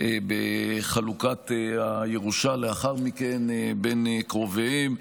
בחלוקת הירושה לאחר מכן בין קרוביהם,